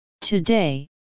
Today